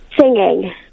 singing